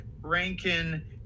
Rankin